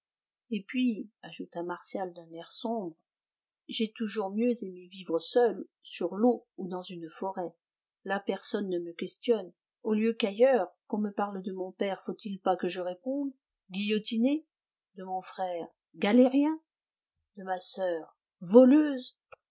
et puis ajouta martial d'un air sombre j'ai toujours mieux aimé vivre seul sur l'eau ou dans une forêt là personne ne me questionne au lieu qu'ailleurs qu'on me parle de mon père faut-il pas que je réponde guillotiné de mon frère galérien de ma soeur voleuse